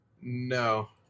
No